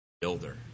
builder